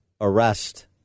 arrest